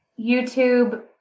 YouTube